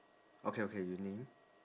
okay okay you name